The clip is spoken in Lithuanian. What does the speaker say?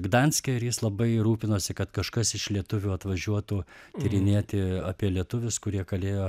gdanske ir jis labai rūpinosi kad kažkas iš lietuvių atvažiuotų tyrinėti apie lietuvius kurie kalėjo